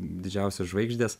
didžiausios žvaigždės